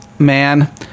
Man